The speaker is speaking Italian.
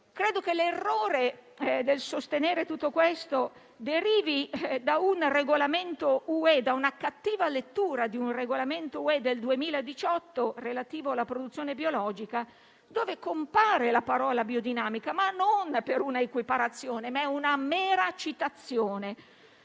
Credo che l'errore nel sostenere tutto ciò derivi da una cattiva lettura di un regolamento UE del 2018, relativo alla produzione biologica, dove compare la parola «biodinamica», ma non per un'equiparazione. È una mera citazione.